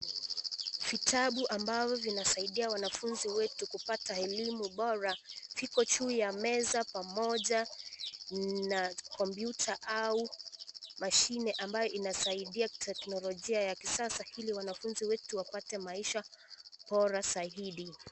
Vitabu ambavyo vinawasaidia wanafunzi wetu kupata elimu bora viko juu ya meza pamoja na kompyuta au mashine ambayo inasaidia teknolojia ya kisasa ili wanafunzi wetu wapate maisha bora zaidi.